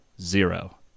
zero